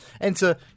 Enter